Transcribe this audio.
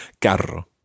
Carro